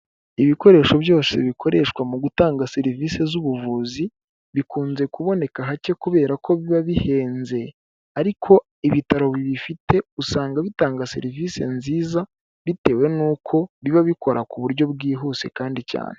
Ibikoresho byose bikoreshwa mu gutanga serivisi z'ubuvuzi, bikunze kuboneka hake kubera ko biba bihenze, ariko ibitaro bibifite usanga bitanga serivisi nziza bitewe n'uko biba bikora ku buryo bwihuse kandi cyane.